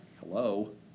Hello